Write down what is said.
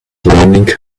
learning